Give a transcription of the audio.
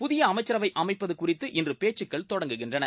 புதிய அமைச்சரவை அமைப்பது குறித்து இன்று பேச்சுக்கள் தொடங்குகின்றன